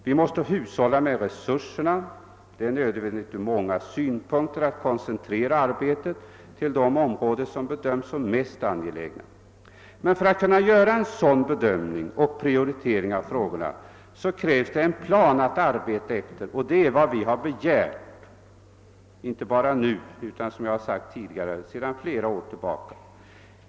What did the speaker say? Vi måste hushålla med resurserna; det är ur många synpunkter nödvändigt att koncentrera arbetet till de områden som bedöms som mest angelägna. Men för att kunna göra en prioritering av frågorna krävs det en plan att arbeta efter, och det är vad vi har begärt, inte bara nu utan i flera års tid.